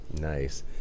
Nice